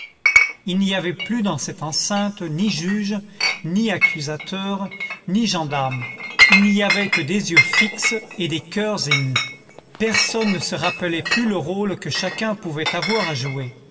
il n'y avait plus dans cette enceinte ni juges ni accusateurs ni gendarmes il n'y avait que des yeux fixes et des coeurs émus personne ne se rappelait plus le rôle que chacun pouvait avoir à jouer